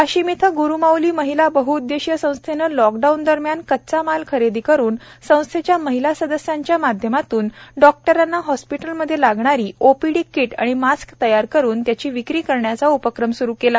वाशीम येथील ग्रुमाऊली महिला बहउद्देशीय संस्थेने लॉकडाउन दरम्यान कच्चा माल खरेदी करून संस्थेच्या महिला सदस्यांच्या माध्यमातून डॉक्टरांना हॉस्पिटलमध्ये लागणारी ओपीडी कीट आणि मास्क तयार करून त्याची विक्री करण्याचा उपक्रम सुरू केला